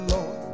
Lord